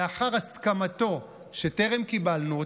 לאחר הסכמתו, שטרם קיבלנו,